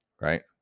Right